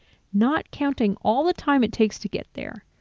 not counting all the time it takes to get there.